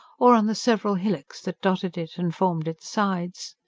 or on the several hillocks that dotted it and formed its sides.